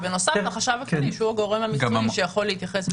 בנוסף לחשב הכללי שהוא הגורם המקצועי שיכול להתייחס.